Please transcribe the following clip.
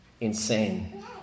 insane